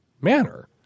manner